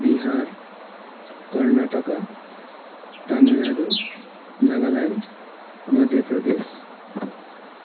Bihar Karnataka Tamil Nadu Nagaland Madhya Pradesh